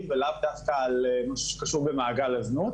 ולאו דווקא למה שקשור במעגל הזנות,